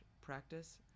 practice